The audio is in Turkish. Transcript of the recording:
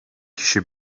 kişi